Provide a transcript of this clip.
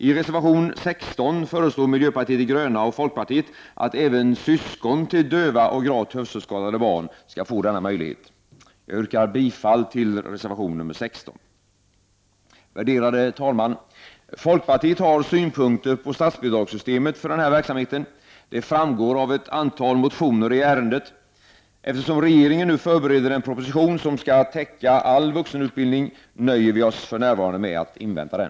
I reservation 16 föreslår miljöpartiet de gröna och folkpartiet att även syskon till döva och gravt hörselskadade barn skall få denna möjlighet. Jag yrkar bifall till reservation nr 16. Värderade talman! Folkpartiet har synpunkter på statsbidragssystemet för den här verksamheten. Det framgår av ett antal motioner i ärendet. Eftersom regeringen nu förbereder en proposition, som skall täcka all vuxenutbildning, nöjer vi oss för närvarande med att invänta den.